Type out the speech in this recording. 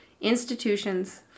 institutions